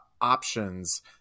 options